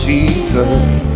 Jesus